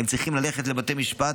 הם צריכים ללכת לבתי משפט.